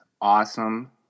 awesome